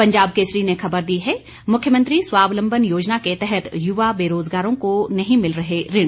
पंजाब केसरी ने खबर दी है मुख्यमंत्री स्वावलंबन योजना के तहत युवा बेरोजगारों को नहीं मिल रहे ऋण